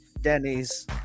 Denny's